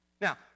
Now